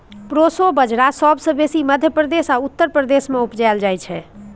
proso बजरा सबसँ बेसी मध्य प्रदेश आ उत्तर प्रदेश मे उपजाएल जाइ छै